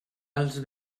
els